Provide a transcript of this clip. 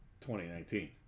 2019